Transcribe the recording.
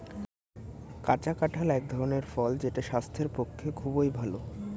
কাঁচা কাঁঠাল এক ধরনের ফল যেটা স্বাস্থ্যের পক্ষে খুবই ভালো